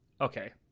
okay